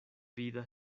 vida